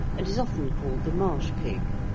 and is often called the marsh-pig.